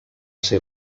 ser